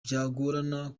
byagorana